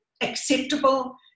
acceptable